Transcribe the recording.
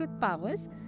powers